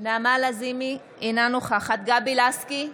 אינה נוכחת גבי לסקי,